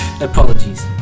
Apologies